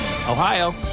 Ohio